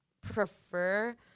prefer